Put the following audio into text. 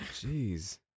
Jeez